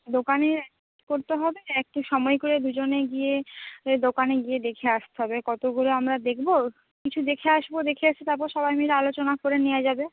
দোকানে করতে হবে একটু সময় করে দুজনে গিয়ে দোকানে গিয়ে দেখে আসতে হবে কতগুলো আমরা দেখব কিছু দেখে আসবো দেখে এসে তারপর সবাই মিলে আলোচনা করে নেওয়া যাবে